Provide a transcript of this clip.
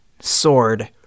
sword